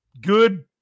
Good